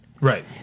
Right